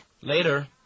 Later